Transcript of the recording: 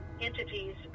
entities